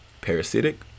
Parasitic